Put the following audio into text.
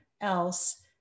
else